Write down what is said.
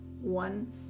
One